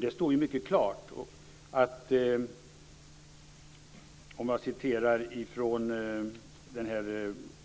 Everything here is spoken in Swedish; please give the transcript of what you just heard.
Det står mycket klart, om jag citerar från